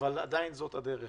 אבל עדיין, זאת הדרך.